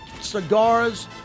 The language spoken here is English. cigars